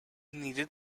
needed